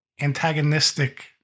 antagonistic